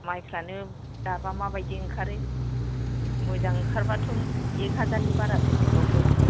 माइफ्रानो दाबा माबायदि ओंखारो मोजां ओंखारबाथ' एक हाजारनि बारासो बिबावगोन